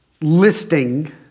listing